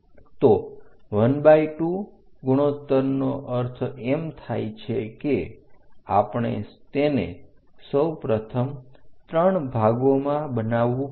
તો 12 ગુણોત્તરનો અર્થ એમ થાય છે કે આપણે તેને સૌપ્રથમ 3 ભાગોમાં બનાવવું પડશે